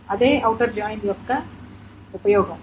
అదే outer join యొక్క మొత్తం ఉపయోగం